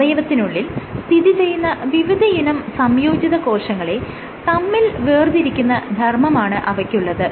അവയവത്തിനുള്ളിൽ സ്ഥിതിചെയ്യുന്ന വിവിധയിനം സംയോജിതകോശങ്ങളെ തമ്മിൽ വേർതിരിക്കുന്ന ധർമ്മമാണ് അവയ്ക്കുള്ളത്